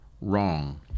wrong